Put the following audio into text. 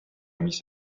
mis